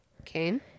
Okay